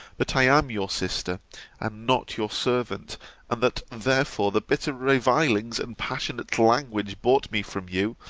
that i am your sister and not your servant and that, therefore, the bitter revilings and passionate language brought me from you,